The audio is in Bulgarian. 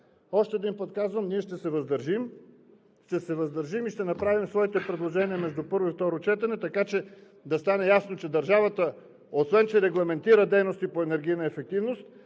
Още един път казвам – ние ще се въздържим. Ще се въздържим и ще направим своите предложения между първо и второ четене, така че да стане ясно, че държавата, освен че регламентира дейности по енергийна ефективност,